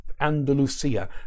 Andalusia